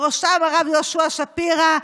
ובראשם הרב יהושע שפירא,